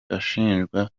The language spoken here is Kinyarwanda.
ashinjwa